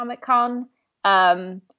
Comic-Con